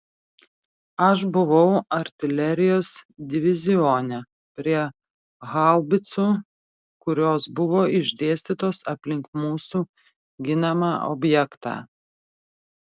aš buvau artilerijos divizione prie haubicų kurios buvo išdėstytos aplink mūsų ginamą objektą